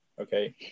Okay